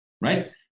Right